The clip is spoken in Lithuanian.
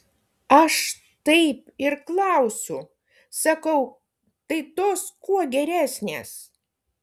aš taip ir klausiu sakau tai tos kuo geresnės